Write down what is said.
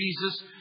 Jesus